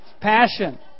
Passion